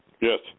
yes